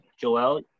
Joel